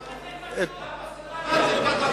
להוסיף, מה זה קשור?